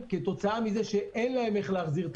כתוצאה מכך שאין להם איך להחזיר את